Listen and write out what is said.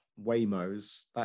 Waymo's